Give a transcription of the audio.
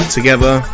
Together